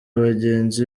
bagenzi